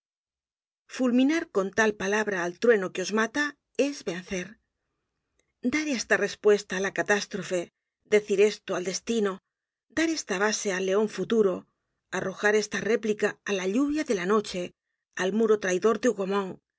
fulminar con tal palabra al trueno que os mata es vencer dar esta respuesta á la catástrofe decir esto al destino dar esta base al leon futuro arrojar esta réplica á la lluvia de la noche al muro traidor